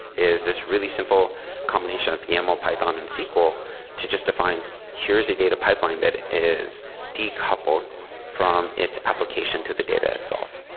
is this really simple combination of yaml, python and sql to just define here is a data pipeline that is decoupled from its application to the data itself.